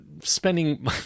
spending